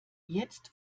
jetzt